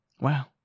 Wow